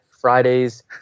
Fridays